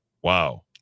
Wow